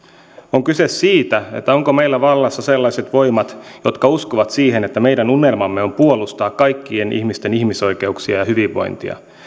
on kyse siitä ovatko meillä vallassa sellaiset voimat jotka uskovat siihen että meidän unelmamme on puolustaa kaikkien ihmisten ihmisoikeuksia ja hyvinvointia